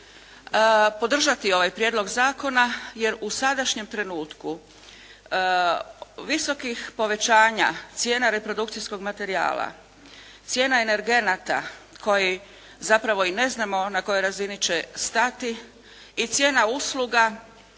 podržati ovaj prijedlog zakona jer u sadašnjem trenutku visokih povećanja cijena reprodukcijskog materijala, cijena energenata koji zapravo i ne znamo na kojoj razini će stati i cijena usluga